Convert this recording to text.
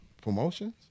promotions